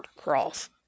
cross